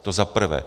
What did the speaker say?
To za prvé.